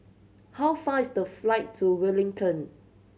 how far is the flight to Wellington